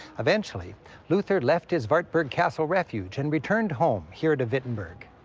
eventually luther left his wartburg castle refuge and returned home, here to wittenberg.